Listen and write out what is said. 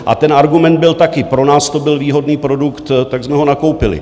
A ten argument byl taky pro nás to byl výhodný produkt, tak jsme ho nakoupili.